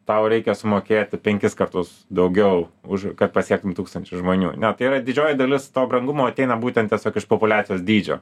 tau reikia sumokėti penkis kartus daugiau už kad pasiektum tūkstantį žmonių ne tai yra didžioji dalis to brangumo ateina būtent tiesiog iš populiacijos dydžio